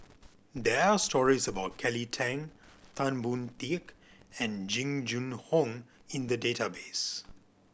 there are stories about Kelly Tang Tan Boon Teik and Jing Jun Hong in the database